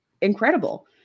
incredible